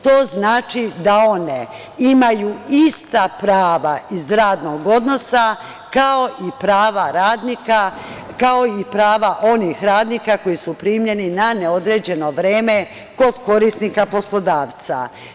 To znači da one imaju ista prava iz radnog odnosa, kao i prava onih radnika koji su primljeni na neodređeno vreme kod korisnika poslodavca.